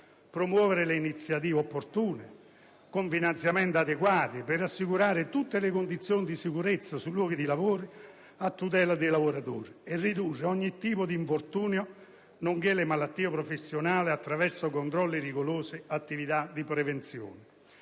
promuovere le iniziative opportune, con finanziamenti adeguati, per assicurare tutte le condizioni di sicurezza sui luoghi di lavoro a tutela dei lavoratori per ridurre ogni tipo di infortunio, nonché le malattie professionali attraverso controlli rigorosi e attività di prevenzione;